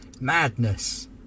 Madness